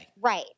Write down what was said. Right